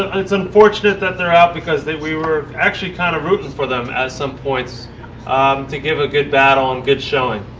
it's unfortunate that they're out because we were actually kind of rooting for them at some points um to give a good battle and good showing.